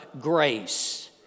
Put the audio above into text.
grace